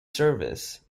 service